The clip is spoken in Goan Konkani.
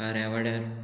खाऱ्या वाड्यार